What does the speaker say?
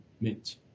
mint